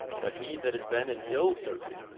but he that has been an ill servant,